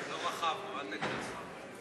לא רכבנו, אל תגיד "רכב".